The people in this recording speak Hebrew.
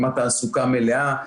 כמעט תעסוקה מלאה.